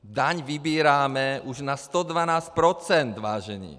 Daň vybíráme už na 112 %, vážení.